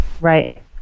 Right